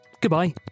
goodbye